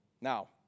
Now